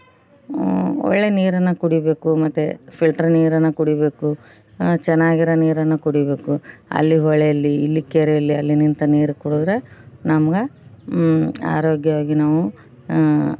ಒಳ್ಳೆಯ ನೀರನ್ನು ಕುಡಿಬೇಕು ಮತ್ತೆ ಫಿಲ್ಟ್ರ್ ನೀರನ್ನು ಕುಡಿಬೇಕು ಚೆನ್ನಾಗಿರೋ ನೀರನ್ನು ಕುಡಿಬೇಕು ಅಲ್ಲಿ ಹೊಳೇಲಿ ಇಲ್ಲಿ ಕೆರೇಲಿ ಅಲ್ಲಿ ನಿಂತ ನೀರು ಕುಡಿದ್ರೆ ನಮ್ಗೆ ಆರೋಗ್ಯವಾಗಿ ನಾವು